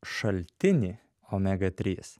šaltinį omega trys